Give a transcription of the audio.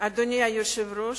אדוני היושב-ראש,